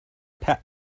per